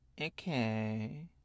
okay